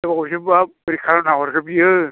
हरग्रायासो बोरै खालामना हरखो बियो